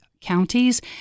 counties